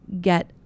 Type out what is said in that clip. get